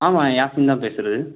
ஆமாம் யாசிம் தான் பேசுகிறது